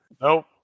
Nope